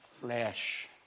flesh